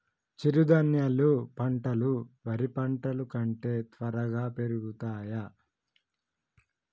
చిరుధాన్యాలు పంటలు వరి పంటలు కంటే త్వరగా పెరుగుతయా?